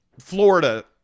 Florida